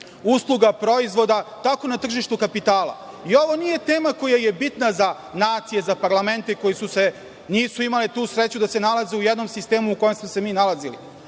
usluga proizvoda, kako na tržištu kapitala. Ovo nije tema koja je bitna za nacije, za parlamente koji nisu imali tu sreću da se nalaze u jednom sistemu u kome smo se mi nalazili,